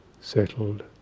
settled